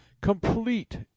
complete